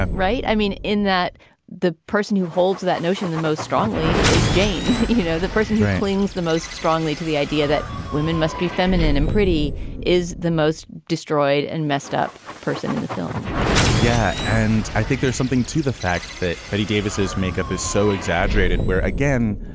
um right. i mean, in that the person who holds that notion the most strongly is jane. you know, the person grayling's the most strongly to. the idea that women must be feminine and pretty is the most destroyed and messed up person in the film yeah. and i think there's something to the fact that betty davis's makeup is so exaggerated, where again,